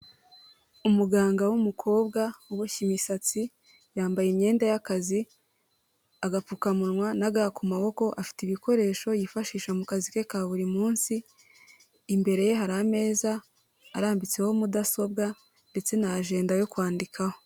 Umuganga w'umukobwa uboshye imisatsi yambaye imyenda y'akazi, agapfukamunwa, na ga kumaboko, afite ibikoresho yifashisha mu kazi ke ka buri munsi, imbere ye hari ameza arambitseho mudasobwa ndetse na jenda yo kwandikaho.